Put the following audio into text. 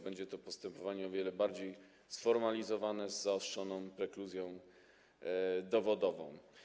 Będzie to postępowanie o wiele bardziej sformalizowane, z zaostrzoną prekluzją dowodową.